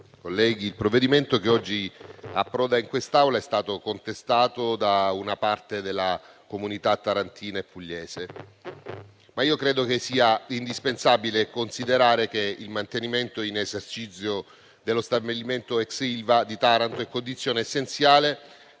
colleghi, il provvedimento che oggi approda in quest'Aula è stato contestato da una parte della comunità tarantina e pugliese. Ma io credo che sia indispensabile considerare che il mantenimento in esercizio dello stabilimento ex Ilva di Taranto sia condizione essenziale